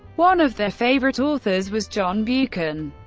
one of their favorite authors was john buchan,